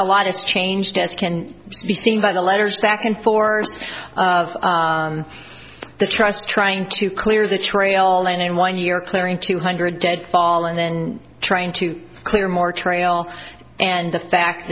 a lot is changed as can be seen by the letters back and forth of the trust trying to clear the trail all in one year clearing two hundred dead fall and then trying to clear more trail and the fact